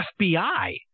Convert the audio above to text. FBI